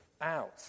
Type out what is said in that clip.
out